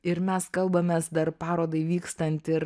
ir mes kalbamės dar parodai vykstant ir